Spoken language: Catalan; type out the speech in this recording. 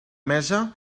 mesa